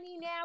Now